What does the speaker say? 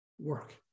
work